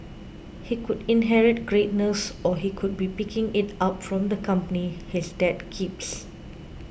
he could inherit greatness or he could be picking it up from the company his dad keeps